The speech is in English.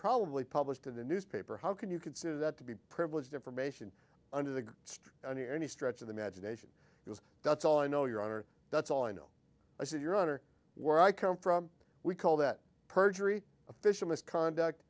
probably published in the newspaper how can you consider that to be privileged information under the street in any stretch of the magination because that's all i know your honor that's all i know i said your honor where i come from we call that perjury official misconduct